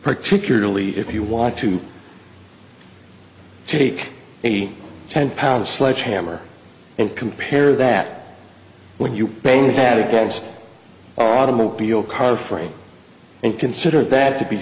particularly if you want to take a ten pound sledge hammer and compare that when you bang your head against automobile car frame and consider that to be